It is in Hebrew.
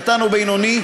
קטן או בינוני,